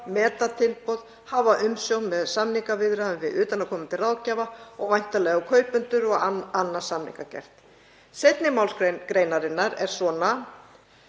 meta tilboð, hafa umsjón með samningaviðræðum við utanaðkomandi ráðgjafa og væntanlega kaupendur og annast samningagerð. Seinni málsgrein 4. gr. er svona,